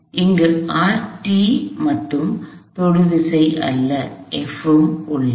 இங்கு மட்டும் தொடுவிசை அல்ல F உம் உள்ளது